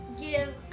give